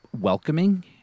welcoming